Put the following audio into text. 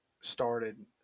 started